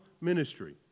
ministry